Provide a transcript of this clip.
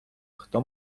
хто